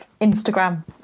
Instagram